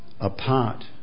apart